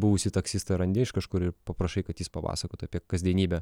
buvusį taksistą randi iš kažkur ir paprašai kad jis papasakotų apie kasdienybę